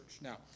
Now